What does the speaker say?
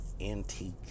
antique